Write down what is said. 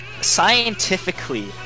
Scientifically